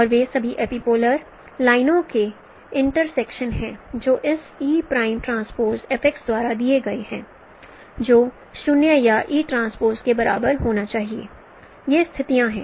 और वे सभी एपीपोलर लाइनों के इंटर्सेक्शन हैं जो इस e prime transpose F x द्वारा दिए गए हैं जो 0 या e ट्रांसपोज़ के बराबर होना चाहिए ये स्थितियां हैं